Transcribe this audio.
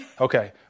okay